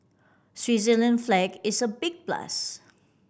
Switzerland flag is a big plus